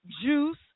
Juice